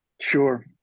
Sure